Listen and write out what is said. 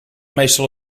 meestal